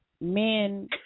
men